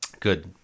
good